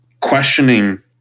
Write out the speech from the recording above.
Questioning